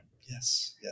Yes